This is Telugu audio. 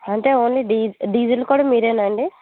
అంటే ఓన్లీ డీ డీజిల్ కూడా మీరేనా అండి